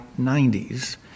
90s